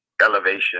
Elevation